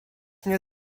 nie